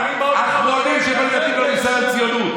מוסר, האחרונים שיכולים להטיף לנו מוסר על ציונות.